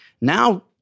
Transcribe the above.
now